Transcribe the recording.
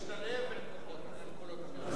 שלפני למעלה מחמש שנים,